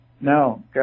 No